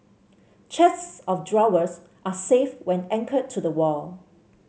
chests of drawers are safe when anchored to the wall